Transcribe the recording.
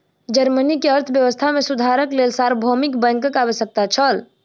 Germany के अर्थव्यवस्था मे सुधारक लेल सार्वभौमिक बैंकक आवश्यकता छल